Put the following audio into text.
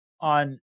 on